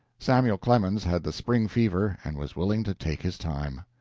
samuel clemens had the spring fever and was willing to take his time.